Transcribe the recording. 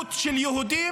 בבעלות של יהודים.